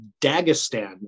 Dagestan